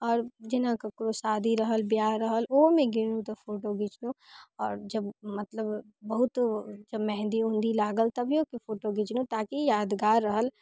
आओर जेना ककरो शादी रहल बियाह रहल ओहोमे गेलहुँ तऽ फोटो घीचलहुँ आओर जब मतलब बहुत जब मेहन्दी उहन्दी लागल तभियोके फोटो घीचलहुँ ताकि यादगार रहल